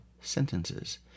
sentences